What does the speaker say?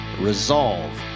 resolve